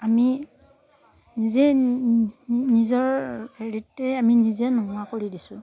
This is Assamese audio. আমি নিজে নিজৰ হেৰিতেই আমি নিজে নোহোৱা কৰি দিছোঁ